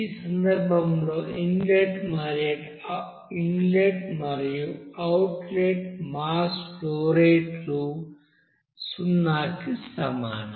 ఈ సందర్భంలో ఇన్లెట్ మరియు అవుట్లెట్ మాస్ ఫ్లో రేట్లు సున్నాకి సమానం